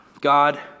God